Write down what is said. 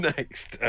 Next